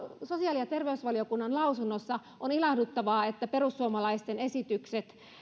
sosiaali ja terveysvaliokunnan lausunnossa on ilahduttavaa että perussuomalaisten esitykset